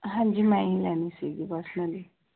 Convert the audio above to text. ਹਾਂਜੀ ਮੈਂ ਹੀ ਲੈਣੀ ਸੀਗੀ ਪਰਸਨਲੀ